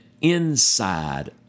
inside